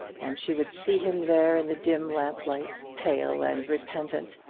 and she would see him there in the dim lamplight, pale and repentant,